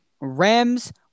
Rams